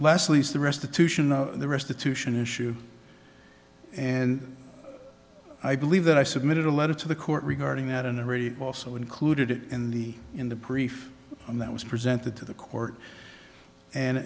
leslie's the restitution of the restitution issue and i believe that i submitted a letter to the court regarding that in a very also included in the in the brief and that was presented to the court and